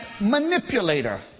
manipulator